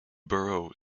borough